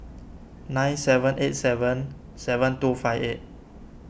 nine seven eight seven seven two five eight